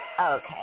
Okay